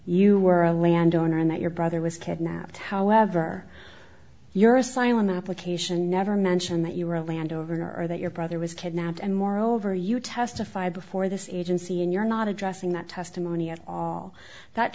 you were a landowner and that your brother was kidnapped however your asylum application never mentioned that you were a landowner or that your brother was kidnapped and moreover you testified before this it in c and you're not addressing that testimony at all that